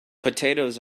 potatoes